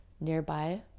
nearby